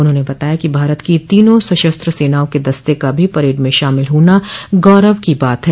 उन्होंने बताया कि भारत की तीनों सशस्त्र सेनाओं के दस्ते का भी परेड में शामिल होना गौरव की बात है